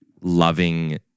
loving